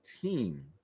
team